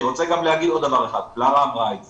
אני רוצה להגיד עוד דבר אחד, וקלרה אמרה את זה.